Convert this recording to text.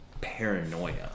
paranoia